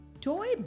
Toy